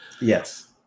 Yes